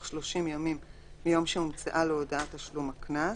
30 ימים מיום שהומצאה לו הודעת תשלום הקנס.